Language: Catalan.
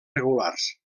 regulars